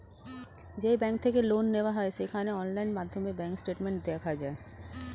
যেই ব্যাঙ্ক থেকে লোন নেওয়া হয় সেখানে অনলাইন মাধ্যমে ব্যাঙ্ক স্টেটমেন্ট দেখা যায়